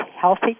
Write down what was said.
healthy